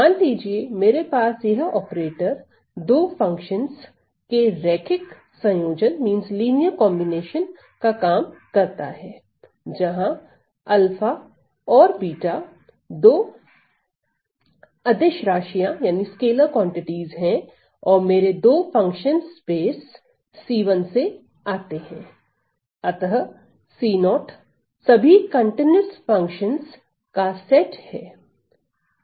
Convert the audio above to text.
मान लीजिए मेरे पास यह ऑपरेटर दो फंक्शनस के रैखिक संयोजन पर काम करता है जहां 𝞪 और 𝜷 दो अदिश राशियों है और मेरे दो फंक्शनस स्पेस C1 से आते हैं अतः C0 सभी कंटिन्यूस फंक्शनस का सेट है